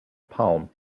palm